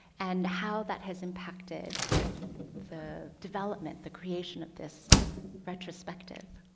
and how that has impacted the the development the creation of this retrospective?